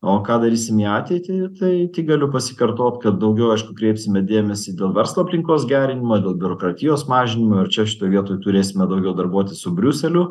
o ką darysim į ateitį tai tik galiu pasikartot kad daugiau aišku kreipsime dėmesį dėl verslo aplinkos gerinimo dėl biurokratijos mažinimo ir čia šitoj vietoj turėsime daugiau darbuotis su briuseliu